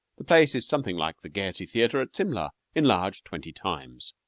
the place is something like the gaiety theatre at simla, enlarged twenty times.